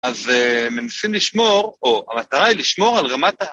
אז מנסים לשמור, או המטרה היא לשמור על רמת...